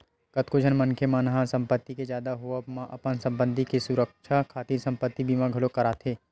कतको झन मनखे मन ह संपत्ति के जादा होवब म अपन संपत्ति के सुरक्छा खातिर संपत्ति बीमा घलोक कराथे